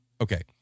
Okay